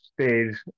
stage